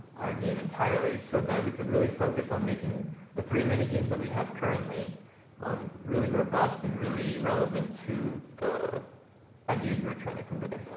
our game entirely, so that we could really focus on making the three minigames that we have currently really robust and really relevant to the ideas we were trying to convey.